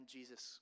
Jesus